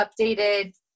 updated